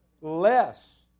less